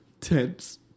tense